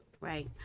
right